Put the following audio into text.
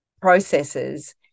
processes